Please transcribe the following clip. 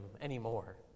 anymore